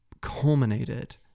culminated